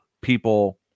people